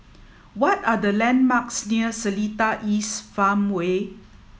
what are the landmarks near Seletar East Farmway